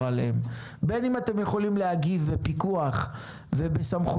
עליהן בין אם אתם יכולים להגיב בפיקוח ובסמכויות